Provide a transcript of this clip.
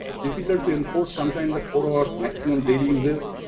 ah difficult to enforce sometimes the four hours maximum daily usages.